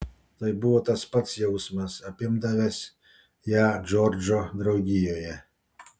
tai buvo tas pats jausmas apimdavęs ją džordžo draugijoje